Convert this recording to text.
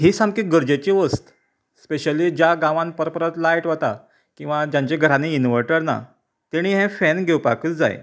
ही सामकी गरजेची वस्त स्पेशली ज्या गांवान पर परत लायट वता किंवां जांच्या घरांनी इन्वर्टर ना तेणी हें फेन घेवपाकूच जाय